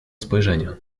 spojrzenia